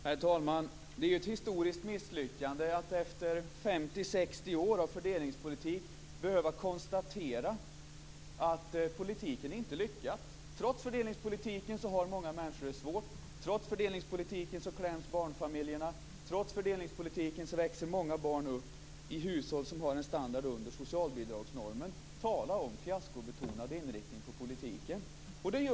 Herr talman! Det är ju ett historiskt misslyckande att efter 50-60 år av fördelningspolitik behöva konstatera att politiken inte lyckats. Trots fördelningspolitiken har många människor det svårt. Trots fördelningspolitiken kläms barnfamiljerna. Trots fördelningspolitiken växer många barn upp i hushåll som har en standard under socialbidragsnormen. Tala om fiaskobetonad inriktning på politiken!